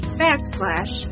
backslash